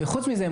חוץ מזה,